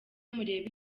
murebe